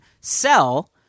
sell